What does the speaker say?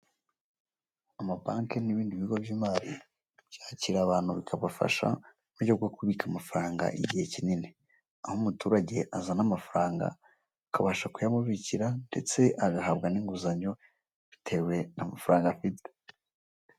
Amabanki n'ibindi bigo by'imari byakira abantu bikabafasha mu buryo bwo kubika amafaranga igihe kinini, aho umuturage azana amafaranga bakabasha kuyamubikira ndetse agahabwa n'inguzanyo bitewe n'amafaranga afite.